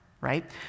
right